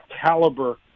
caliber –